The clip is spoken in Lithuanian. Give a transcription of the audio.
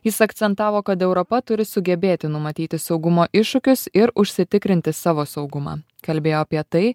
jis akcentavo kad europa turi sugebėti numatyti saugumo iššūkius ir užsitikrinti savo saugumą kalbėjo apie tai